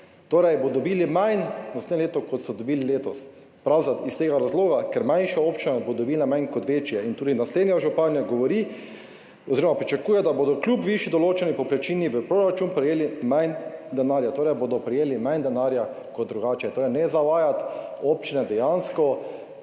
Torej bodo dobili manj naslednje leto, kot so dobili letos, prav iz tega razloga, ker bo manjša občina dobila manj kot večje. Tudi naslednja županja govori oziroma pričakuje, da bodo »kljub višji določeni povprečnini v proračun prejeli manj denarja«. Torej bodo prejeli manj denarja kot drugače. Torej, ne zavajati, občinam dejansko